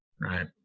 right